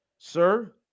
Sir